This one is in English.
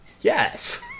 Yes